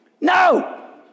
No